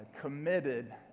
committed